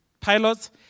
pilots